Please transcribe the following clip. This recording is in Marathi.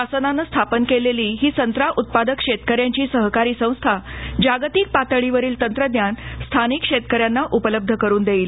शासनानं स्थापन केलेली ही संत्रा उत्पादक शेतकऱ्यांची सहकारी संस्था जागतिक पातळीवरील तंत्रज्ञान स्थानिक शेतकऱ्यांना उपलब्ध करून देईल